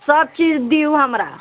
सभ चीज दिअउ हमरा